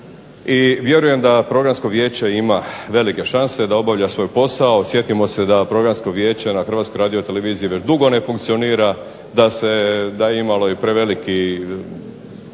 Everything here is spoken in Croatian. i vjerujem da Programsko vijeće HRTV-e velike šanse da obavlja svoj posao. Sjetimo se da Programsko vijeće na HRTV-e već dugo ne funkcionira da je imalo prevelike